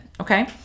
Okay